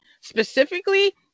specifically